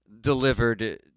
delivered